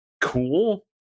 cool